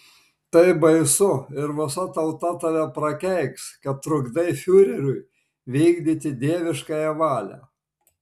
tai baisu ir visa tauta tave prakeiks kad trukdai fiureriui vykdyti dieviškąją valią